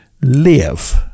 live